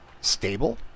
stable